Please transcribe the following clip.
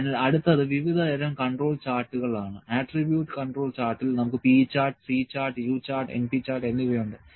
അതിനാൽ അടുത്തത് വിവിധ തരം കൺട്രോൾ ചാർട്ടുകൾ ആണ് ആട്രിബ്യൂട്ട് കൺട്രോൾ ചാർട്ടിൽ നമുക്ക് p chart C chart U chart np chart എന്നിവയുണ്ട്